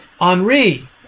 Henri